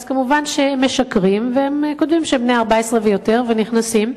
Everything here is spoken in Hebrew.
אז מובן שהם משקרים והם כותבים שהם בני 14 ויותר ונכנסים.